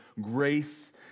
grace